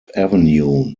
avenue